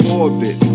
orbit